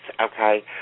okay